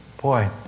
boy